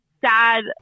sad